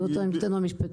זו עמדתנו.